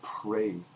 pray